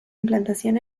implantación